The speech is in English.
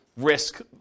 Risk